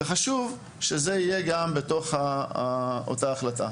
וחשוב שזה יהיה כלול באותה החלטה.